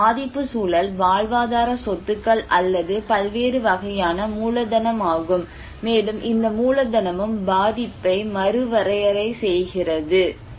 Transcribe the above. பின்னர் பாதிப்புச் சூழல் வாழ்வாதார சொத்துக்கள் அல்லது பல்வேறு வகையான மூலதனம் ஆகும் மேலும் இந்த மூலதனமும் பாதிப்பை மறுவரையறை செய்கிறது